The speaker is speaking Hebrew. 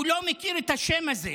הוא לא מכיר את השם הזה.